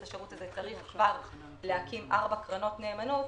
השירות הזה צריך כבר להקים ארבע קרנות נאמנות,